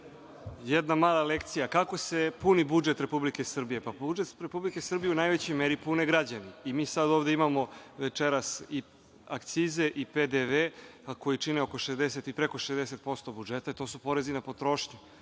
Jedna mala lekcija. Kako se puni budžet Republike Srbije. Budžet Republike Srbije u najvećoj meri pune građani i mi sada ovde imamo, večeras i akcize i PDV, a količine 60 i preko 60% budžeta, to su porezi na potrošnju. Ne